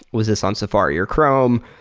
was this on safari or chrome?